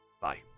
Bye